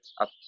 up